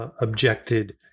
objected